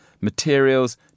materials